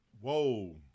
whoa